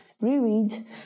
reread